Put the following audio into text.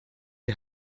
die